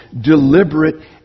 deliberate